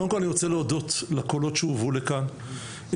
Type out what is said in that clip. קודם כל אני רוצה להודות לקולות שהובאו לכאן.